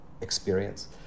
experience